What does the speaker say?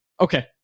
Okay